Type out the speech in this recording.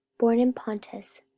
born in pontus,